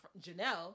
Janelle